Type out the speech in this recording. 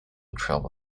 travel